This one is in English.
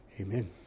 Amen